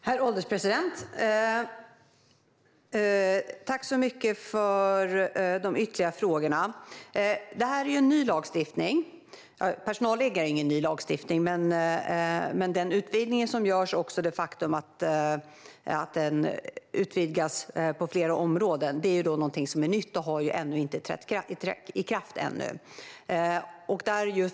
Herr ålderspresident! Tack så mycket för de ytterligare frågorna! Det här är en ny lagstiftning. Personalliggare är inget nytt, men den utbildning som genomförs och det faktum att detta utvidgas till fler områden är någonting som är nytt och som ännu inte har trätt i kraft.